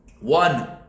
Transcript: one